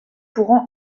pourront